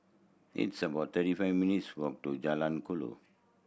it's about thirty five minutes' walk to Jalan Kuala